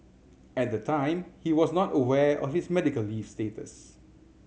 at the time he was not aware of his medical leave status